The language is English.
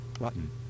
Button